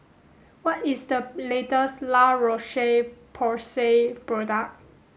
what is the latest La Roche Porsay product